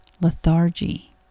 lethargy